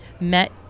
met